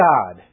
God